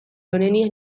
onenei